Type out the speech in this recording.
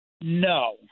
No